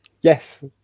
Yes